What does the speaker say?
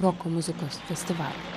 roko muzikos festivalių